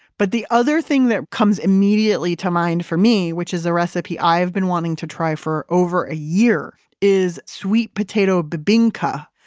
but the other thing that comes immediately to mind for me, which is a recipe i've been wanting to try for over a year, is a sweet potato bebinca,